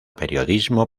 periodismo